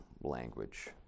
language